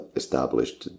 established